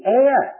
air